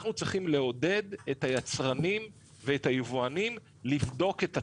אנחנו צריכים לעודד את היצרנים ואת היבואנים לבדוק את עצמם,